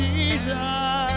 Jesus